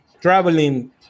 traveling